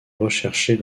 recherchés